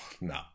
no